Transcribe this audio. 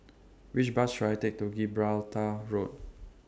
Which Bus should I Take to Gibraltar Road